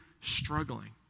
struggling